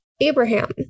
Abraham